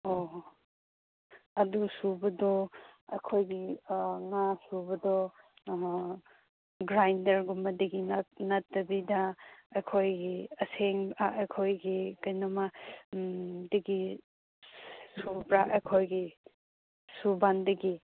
ꯑꯣ ꯑꯗꯨ ꯁꯨꯕꯗꯣ ꯑꯈꯣꯏꯒꯤ ꯉꯥ ꯁꯨꯕꯗꯣ ꯒ꯭ꯔꯥꯏꯗꯔꯒꯨꯝꯕꯗꯒꯤ ꯅꯠꯇꯕꯤꯗ ꯑꯩꯈꯣꯏꯒꯤ ꯑꯩꯈꯣꯏꯒꯤ ꯀꯩꯅꯣꯝꯃ ꯗꯒꯤ ꯁꯨꯕ꯭ꯔꯥ ꯑꯩꯈꯣꯏꯒꯤ ꯁꯨꯝꯕꯟꯗꯒꯤ